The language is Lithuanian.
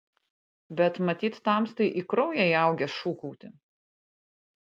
bet matyt tamstai į kraują įaugę šūkauti